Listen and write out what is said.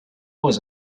was